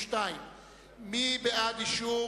32. מי בעד אישור